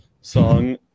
song